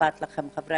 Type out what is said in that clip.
בוקר טוב לכל חבריי